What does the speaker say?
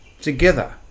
together